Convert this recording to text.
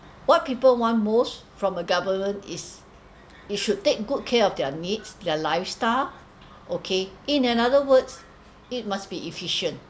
what people want most from a government is it should take good care of their needs their lifestyle okay in another words it must be efficient